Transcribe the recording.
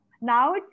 Now